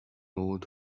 old